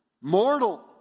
mortal